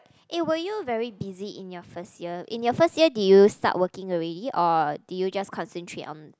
eh were you very busy in your first year in your first year did you start working already or did you just concentrate on